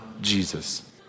Jesus